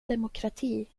demokrati